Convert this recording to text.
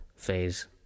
phase